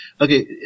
Okay